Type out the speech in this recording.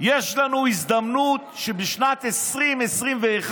יש לנו הזדמנות בשנת 2021-2020,